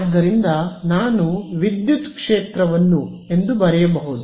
ಆದ್ದರಿಂದ ನಾನು ವಿದ್ಯುತ್ ಕ್ಷೇತ್ರವನ್ನು ಎಂದು ಬರೆಯಬಹುದು